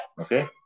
Okay